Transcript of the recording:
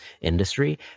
industry